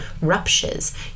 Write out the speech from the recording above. ruptures